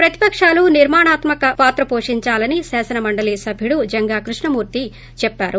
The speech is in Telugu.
ప్రతిపకాలు నిర్మాణాత్మక పాత్ర పోషించాలి అని శాసనమండలి సభ్యుడు జంగా కృష్ణమూర్తి చెప్పారు